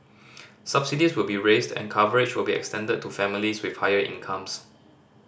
subsidies will be raised and coverage will be extended to families with higher incomes